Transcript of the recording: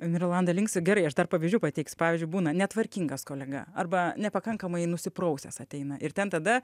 mirolanda linksi gerai aš dar pavyzdžių pateiksiu pavyzdžiui būna netvarkingas kolega arba nepakankamai nusiprausęs ateina ir ten tada